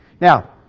Now